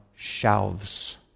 shelves